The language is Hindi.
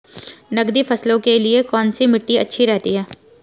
नकदी फसलों के लिए कौन सी मिट्टी अच्छी रहती है?